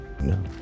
no